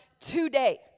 today